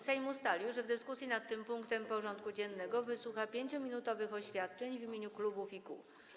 Sejm ustalił, że w dyskusji nad tym punktem porządku dziennego wysłucha 5-minutowych oświadczeń w imieniu klubów i kół.